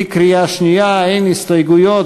בקריאה שנייה אין הסתייגויות.